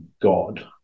God